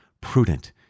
prudent